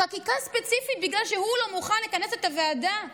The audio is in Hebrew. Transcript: חקיקה ספציפית בגלל שהוא לא מוכן לכנס את הוועדה?